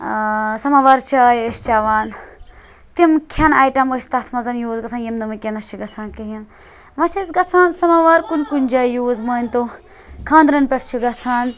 سَمَوار چاے ٲسۍ چیٚوان تِم کھیٚن آیٹَم ٲسۍ تَتھ مَنٛز یوٗز گَژھان یِم نہٕ وِنکیٚنَس چھِ گَژھان کِہیٖنۍ وۄنۍ چھِ اَسہِ گَژھان سَمَوار کُنہِ کُنہِ جایہِ یوٗز مٲنتو خانٛدرَن پٮ۪ٹھ چھُ گَژھان